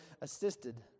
assisted